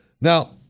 Now